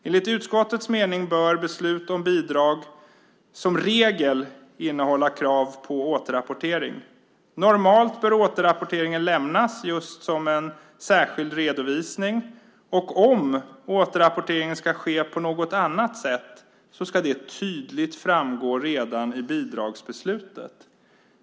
Enligt utskottets mening bör beslut om bidrag som regel innehålla krav på återrapportering. Normalt bör återrapporteringen lämnas just som en särskild redovisning, och om återrapportering ska ske på något annat sätt ska det tydligt framgå redan i bidragsbeslutet.